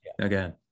again